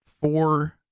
four